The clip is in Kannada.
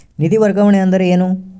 ನಿಧಿ ವರ್ಗಾವಣೆ ಅಂದರೆ ಏನು?